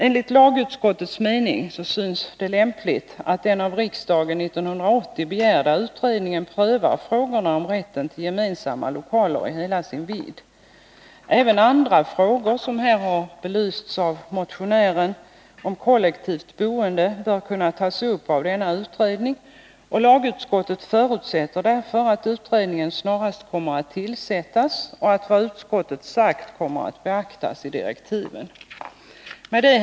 Enligt lagutskottets mening är det lämpligt att den av riksdagen 1980 begärda utredningen prövar frågorna om rätten till gemensamma lokaler i hela dess vidd. Även andra frågor om kollektivt boende, som här har belysts av motionärerna, bör kunna tas upp av denna utredning, och lagutskottet förutsätter därför att utredningen snarast kommer att tillsättas och att vad utskottet sagt kommer att beaktas i direktiven. Herr talman!